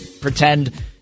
pretend